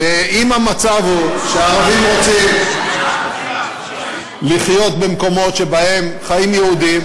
ואם המצב הוא שהערבים רוצים לחיות במקומות שבהם חיים יהודים,